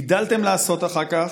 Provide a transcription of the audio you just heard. הגדלתם לעשות אחר כך,